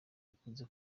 ikunze